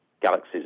galaxies